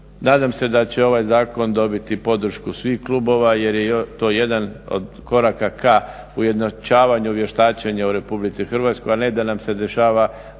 Nadam se da će ovaj zakon dobiti podršku svih klubova jer je to jedan od koraka ka ujednačavanju vještačenja u RH, a ne da nam se dešava